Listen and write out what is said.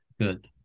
good